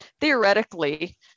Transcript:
theoretically